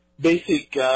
Basic